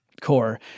core